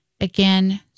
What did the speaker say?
again